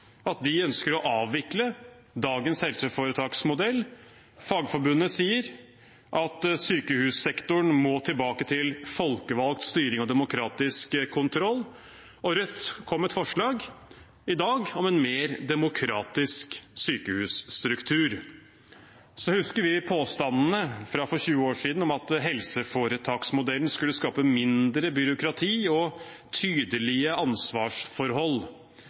at de ønsker å avvikle dagens helseforetaksmodell. Fagforbundet sier at sykehussektoren må tilbake til folkevalgt styring og demokratisk kontroll, og Rødt kommer med et forslag i dag om en mer demokratisk sykehusstruktur. Så husker vi påstandene fra 20 år siden om at helseforetaksmodellen skulle skape mindre byråkrati og tydelige ansvarsforhold,